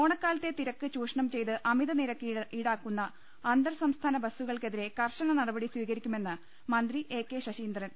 ഓണക്കാലത്തെ തിരക്ക് ചൂഷണം ചെയ്ത് അമിത നിരക്ക് ഈടാക്കുന്ന അന്തർ സംസ്ഥാന ബസ്സു കൾക്കെതിരെ കർശന നടപടി സ്വീകരിക്കുമെന്ന് മന്ത്രി എ കെ ശ്രീന്ദ്രൻ